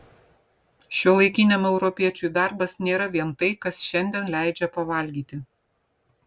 šiuolaikiniam europiečiui darbas nėra vien tai kas šiandien leidžia pavalgyti